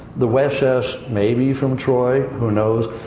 the weshesh, maybe from troy, who knows.